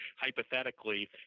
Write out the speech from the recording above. hypothetically